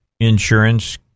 Insurance